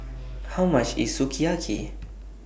How much IS Sukiyaki